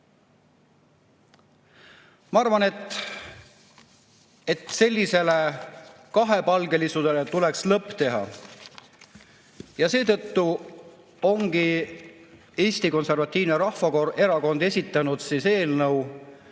Ma arvan, et sellisele kahepalgelisusele tuleks lõpp teha. Seetõttu ongi Eesti Konservatiivne Rahvaerakond esitanud eelnõu,